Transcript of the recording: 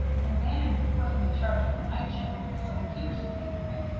and bannon had put him in charge of the night shift, so peterson came to think,